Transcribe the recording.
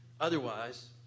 Otherwise